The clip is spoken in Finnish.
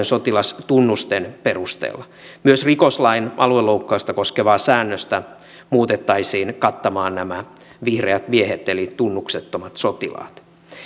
sotilastunnusten perusteella myös rikoslain alueloukkausta koskevaa säännöstä muutettaisiin kattamaan nämä vihreät miehet eli tunnuksettomat sotilaat